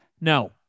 No